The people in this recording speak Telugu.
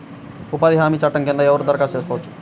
ఉపాధి హామీ చట్టం కింద ఎవరు దరఖాస్తు చేసుకోవచ్చు?